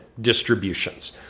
distributions